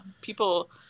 people